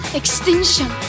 extinction